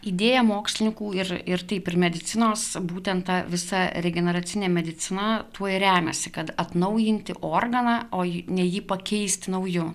idėja mokslininkų ir ir taip ir medicinos būtent ta visa regeneracinė medicina tuo ir remiasi kad atnaujinti organą o ne jį pakeisti nauju